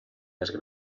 més